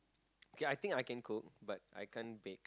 okay I think I can cook but I can't bake